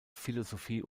philosophie